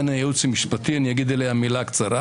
הייעוץ המשפטי אני אגיד עליה מילה קצרה